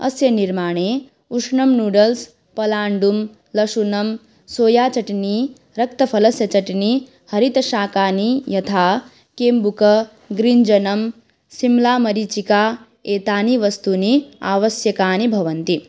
अस्य निर्माणे उष्णं नूडल्स् पलाण्डुं लशुनं सोयाचट्नी रक्तफलस्य चट्नि हरितशाकानि यथा किम्बुक ग्रिञ्चनं सिम्ला मरीचिका एतानि वस्तूनि आवश्यकानि भवन्ति